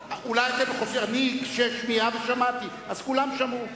אני קשה שמיעה ושמעתי, אז כולם שמעו.